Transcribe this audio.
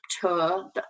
tour